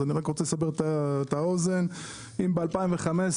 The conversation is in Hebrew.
אז אני רק רוצה לסבר את האוזן: אם ב-2015 דיברנו